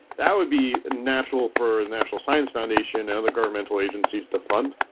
that would be natural for the natural science foundation and other governmental agencies to fund.